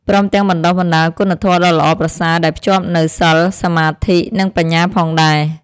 ព្រមទាំងបណ្ដុះបណ្ដាលគុណធម៌ដ៏ល្អប្រសើរដែលភ្ជាប់នូវ សីល សមាធិ និងបញ្ញាផងដែរ។